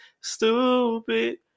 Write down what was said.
stupid